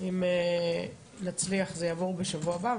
אם נצליח זה יעבור בשבוע הבא.